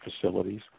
facilities